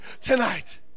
tonight